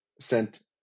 sent